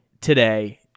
today